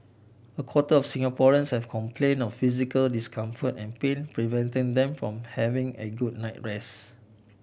a quarter of Singaporeans have complain of physical discomfort and pain preventing them from having a good night rest